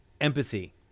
empathy